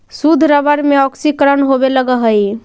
शुद्ध रबर में ऑक्सीकरण होवे लगऽ हई